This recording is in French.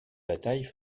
bataille